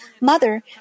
Mother